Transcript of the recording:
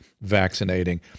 vaccinating